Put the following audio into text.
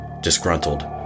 Disgruntled